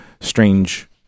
strange